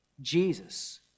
jesus